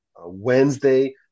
Wednesday